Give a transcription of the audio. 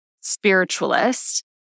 spiritualist